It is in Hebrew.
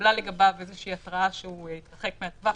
שהתקבלה לגביו איזו התראה שהוא התרחק מהטווח,